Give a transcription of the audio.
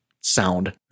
sound